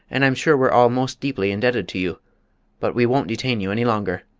and i'm sure we're all most deeply indebted to you but we won't detain you any longer.